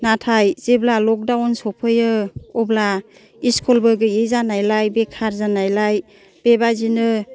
नाथाय जेब्ला लकदावन सफैयो अब्ला स्कुलबो गैयै जानायलाय बेखार जानायलाय बेबायदिनो